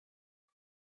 the